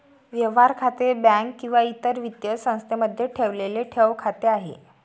व्यवहार खाते हे बँक किंवा इतर वित्तीय संस्थेमध्ये ठेवलेले ठेव खाते आहे